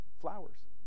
flowers